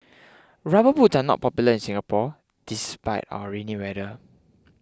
rubber boots are not popular in Singapore despite our rainy weather